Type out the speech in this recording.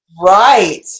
Right